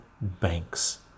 banks